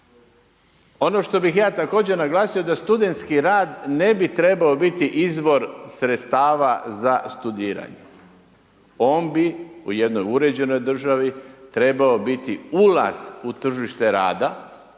Ono što bi ja također naglasio, da studentski rad, ne bi trebao biti izvor sredstava za studiranje. On bi u jednoj uređenoj državi, trebao biti ulaz u tržište rada,